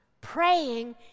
Praying